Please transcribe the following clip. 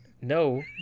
No